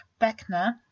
Beckner